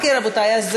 בסדר, רבותי.